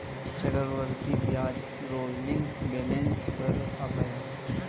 चक्रवृद्धि ब्याज rolling balance पर आता है